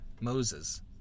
Moses